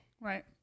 right